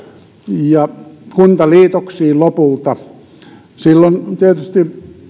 ja kuntaliitoksiin lopulta silloin tietysti